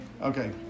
Okay